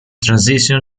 transition